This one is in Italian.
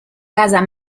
casa